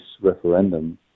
referendum